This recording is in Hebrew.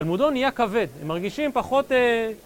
תלמודו נהיה כבד, הם מרגישים פחות...